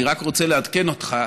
אני רק רוצה לעדכן אותך: